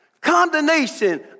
condemnation